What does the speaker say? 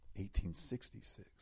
1866